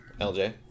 lj